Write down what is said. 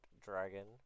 dragon